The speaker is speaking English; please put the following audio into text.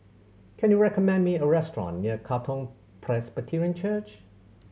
can you recommend me a restaurant near Katong Presbyterian Church